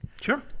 Sure